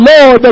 Lord